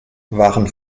waren